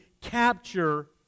capture